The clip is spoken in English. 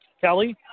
Kelly